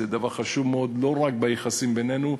זה דבר חשוב מאוד לא רק ביחסים בינינו,